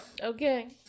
Okay